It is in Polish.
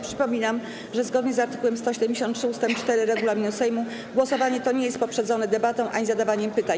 Przypominam, że zgodnie z art. 173 ust. 4 regulaminu Sejmu głosowanie to nie jest poprzedzone debatą ani zadawaniem pytań.